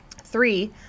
Three